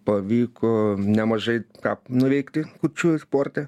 pavyko nemažai ką nuveikti kurčiųjų sporte